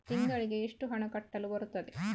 ತಿಂಗಳಿಗೆ ಎಷ್ಟು ಹಣ ಕಟ್ಟಲು ಬರುತ್ತದೆ?